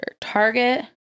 Target